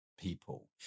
people